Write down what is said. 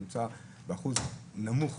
נמצא באחוז נמוך.